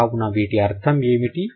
కావున వీటి అర్థం ఏమిటి